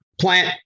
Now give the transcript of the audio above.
plant